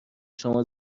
شما